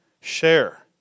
Share